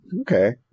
Okay